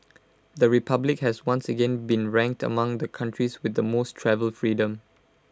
the republic has once again been ranked among the countries with the most travel freedom